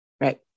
Right